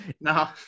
No